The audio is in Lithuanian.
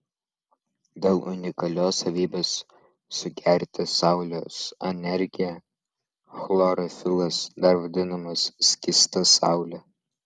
dėl unikalios savybės sugerti saulės energiją chlorofilas dar vadinamas skysta saule